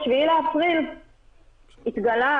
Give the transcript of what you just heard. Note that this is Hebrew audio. ב-7 באפריל התגלה,